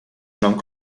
enam